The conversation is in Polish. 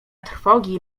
trwogi